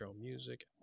music